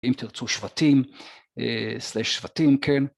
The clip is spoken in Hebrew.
אם תרצו שבטים slash שבטים, כן